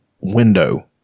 window